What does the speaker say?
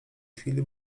chwili